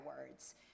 words